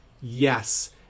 yes